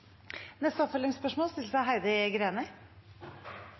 Heidi Greni